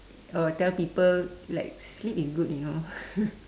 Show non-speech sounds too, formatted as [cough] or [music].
oh tell people like sleep is good you know [laughs]